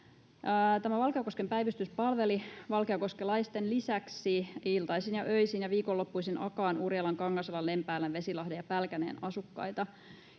Tämä Valkeakosken päivystys palveli valkeakoskelaisten lisäksi iltaisin ja öisin ja viikonloppuisin Akaan, Urjalan, Kangasalan, Lempäälän, Vesilahden ja Pälkäneen asukkaita.